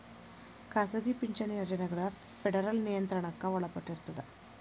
ಖಾಸಗಿ ಪಿಂಚಣಿ ಯೋಜನೆಗಳ ಫೆಡರಲ್ ನಿಯಂತ್ರಣಕ್ಕ ಒಳಪಟ್ಟಿರ್ತದ